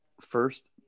first